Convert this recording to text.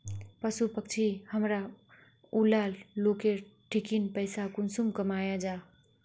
पशु पक्षी हमरा ऊला लोकेर ठिकिन पैसा कुंसम कमाया जा?